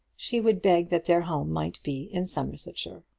she would beg that their home might be in somersetshire.